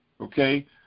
Okay